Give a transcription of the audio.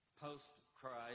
post-Christ